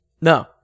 No